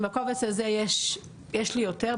בקובץ הזה יש לי יותר,